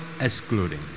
excluding